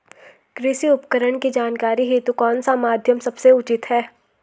कृषि उपकरण की जानकारी हेतु कौन सा माध्यम सबसे उचित है?